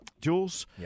Jules